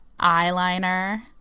eyeliner